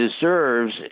deserves